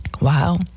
wow